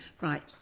Right